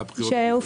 מי נמנע?